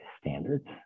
standards